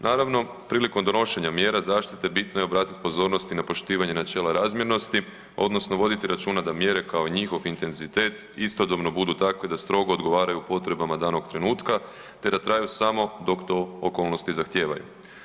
Naravno, prilikom donošenja mjera zaštite bitno je obratiti pozornosti na poštivanje načela razmjernosti odnosno voditi računa da mjere kao njihov intenzitet istodobno budu takve da strogo odgovaraju potrebama danog trenutka te da traju samo dok to okolnosti zahtijevaju.